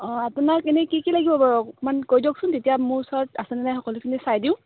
অঁ আপোনাক এনেই কি কি লাগিব বাৰু অকণমান কৈ দিয়কচোন তেতিয়া মোৰ ওচৰত আছেনে নাই সকলোখিনি চাই দিওঁ